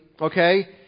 Okay